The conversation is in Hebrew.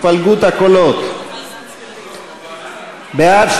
התפלגות הקולות: בעד,